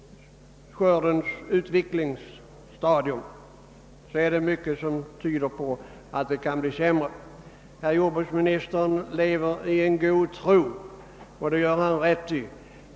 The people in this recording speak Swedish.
Jordbruksministern har däremot förhoppningar om en god skörd, och det tycker jag är bra.